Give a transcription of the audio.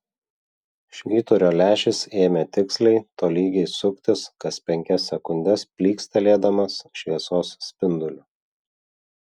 švyturio lęšis ėmė tiksliai tolygiai suktis kas penkias sekundes plykstelėdamas šviesos spinduliu